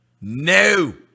No